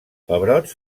pebrots